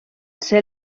ser